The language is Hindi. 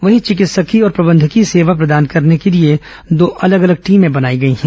वहीं चिकित्सकीय और प्रबंधकीय सेवा प्रदान करने के लिए दो अलग अलग टीमें बनाई गई हैं